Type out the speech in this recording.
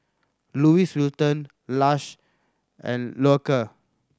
Louis Vuitton Lush and Loacker